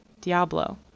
diablo